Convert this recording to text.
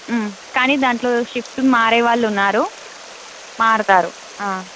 కానీ దానిలో షిఫ్ట్లు మారే వాళ్ళు ఉన్నారు మారుతారు